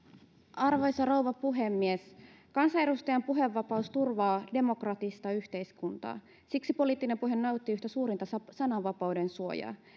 arvoisa rouva puhemies kansanedustajan puhevapaus turvaa demokraattista yhteiskuntaa siksi poliittinen puhe nauttii yhtä suurinta sananvapauden suojaa